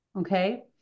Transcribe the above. Okay